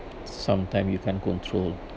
sometime you can't control